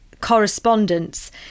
correspondence